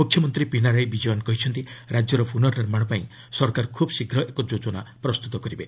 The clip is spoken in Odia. ମୁଖ୍ୟମନ୍ତ୍ରୀ ପିନାରାଇ ବିଜୟନ୍ କହିଛନ୍ତି ରାଜ୍ୟର ପୁନଃନିର୍ମାଣ ପାଇଁ ସରକାର ଖୁବ୍ ଶୀଘ୍ର ଏକ ଯୋଜନା ପ୍ରସ୍ତୁତ କରିବେ